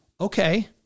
Okay